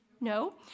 no